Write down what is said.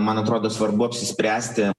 man atrodo svarbu apsispręsti